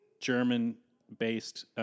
German-based